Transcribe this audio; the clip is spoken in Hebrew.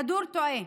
כדור תועה.